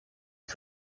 que